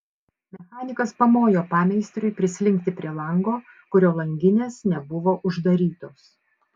mechanikas pamojo pameistriui prislinkti prie lango kurio langinės nebuvo uždarytos